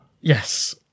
Yes